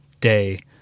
day